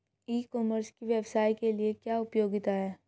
ई commerce की व्यवसाय के लिए क्या उपयोगिता है?